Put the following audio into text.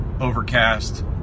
Overcast